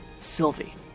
Sylvie